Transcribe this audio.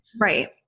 right